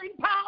power